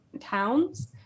towns